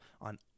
on